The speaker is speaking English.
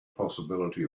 possibility